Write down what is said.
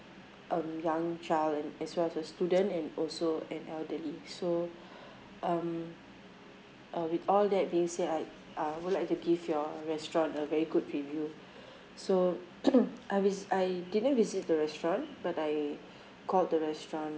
um young child and as well as a student and also an elderly so um uh with all that being said I uh would like to give your restaurant a very good review so I was I didn't visit the restaurant but I called the restaurant